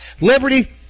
Liberty